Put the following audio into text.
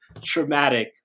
traumatic